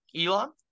elon